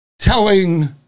Telling